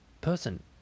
person